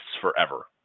forever